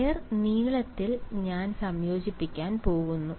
wire നീളത്തിൽ ഞാൻ സംയോജിപ്പിക്കാൻ പോകുന്നു